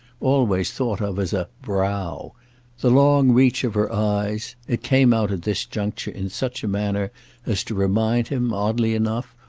always thought of as a brow the long reach of her eyes it came out at this juncture in such a manner as to remind him, oddly enough,